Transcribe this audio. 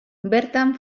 bertan